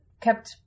kept